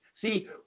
See